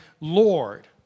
Lord